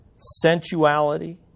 sensuality